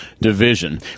division